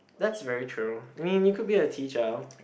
that's very true mean you could be a teacher